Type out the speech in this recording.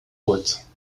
boîte